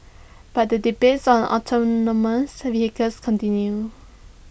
but the debate on autonomous vehicles continue